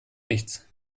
nichts